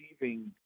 receiving